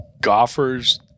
golfers